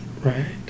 right